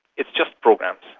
it's just programs.